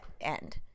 End